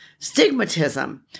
stigmatism